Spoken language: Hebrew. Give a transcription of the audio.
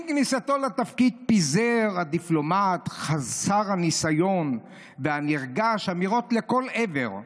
עם כניסתו לתפקיד פיזר הדיפלומט חסר הניסיון והנרגש אמירות לכל עבר,